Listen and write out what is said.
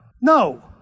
no